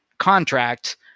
Contract